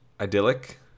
idyllic